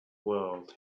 world